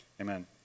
Amen